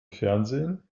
fernsehen